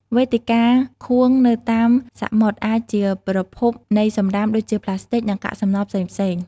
វេទិកាខួងនៅតាមសមុទ្រអាចជាប្រភពនៃសំរាមដូចជាប្លាស្ទិក និងកាកសំណល់ផ្សេងៗ។